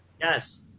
Yes